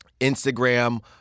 Instagram